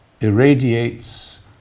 irradiates